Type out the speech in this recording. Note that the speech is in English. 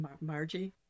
Margie